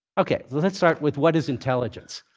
ok. well, let's start with, what is intelligence?